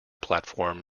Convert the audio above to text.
platform